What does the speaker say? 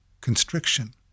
constriction